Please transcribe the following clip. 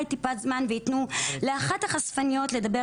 טיפת זמן ויתנו לאחת החשפניות לדבר,